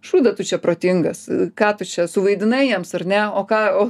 šūdą tu čia protingas ką tu čia suvaidinai jiems ar ne o ką o